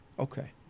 Okay